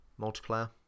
multiplayer